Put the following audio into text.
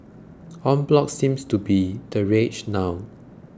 en bloc seems to be the rage now